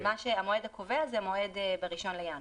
המועד הקובע הוא 1 בינואר.